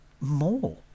more